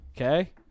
okay